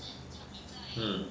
mm